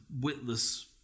witless